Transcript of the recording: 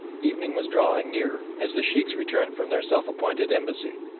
evening was drawing near as the sheikhs returned from their self-appointed embassy.